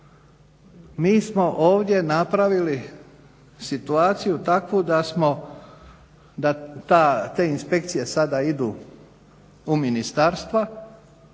Mi smo ovdje napravili situaciju takvu da smo da te inspekcije sada idu u ministarstva.